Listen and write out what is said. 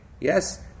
Yes